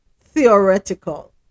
theoretical